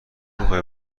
میخوای